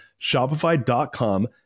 Shopify.com